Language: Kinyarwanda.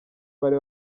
bari